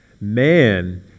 man